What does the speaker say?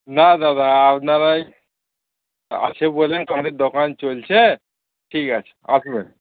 না দাদা আপনারাই আছে বলে আমাদের দোকান চলছে ঠিক আছে আসবেন